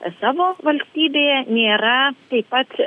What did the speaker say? savo valstybėje nėra taip pat